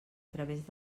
través